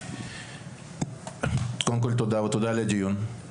תודה על הדיון.